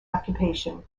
occupation